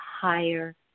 higher